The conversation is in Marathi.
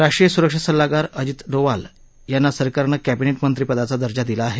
राष्टीय सुरक्षा सल्लागार अजित डोवाल यांना सरकारनं कॅबिनेठ मंत्रीपदाचा दर्जा दिला आहे